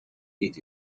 eat